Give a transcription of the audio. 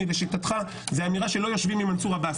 לשיטתך זה אמירה שלא יושבים עם מנסור עבאס.